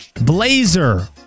Blazer